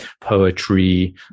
poetry